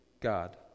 God